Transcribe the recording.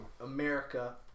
America